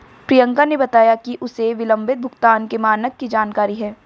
प्रियंका ने बताया कि उसे विलंबित भुगतान के मानक की जानकारी है